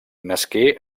nasqué